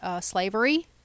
slavery